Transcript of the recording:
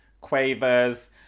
quavers